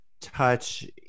touch